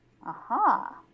Aha